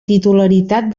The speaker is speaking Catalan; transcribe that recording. titularitat